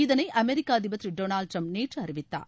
இதளை அமெரிக்க அதிபர் திரு டொனால்டு டிரம்ப் நேற்று அறிவித்தார்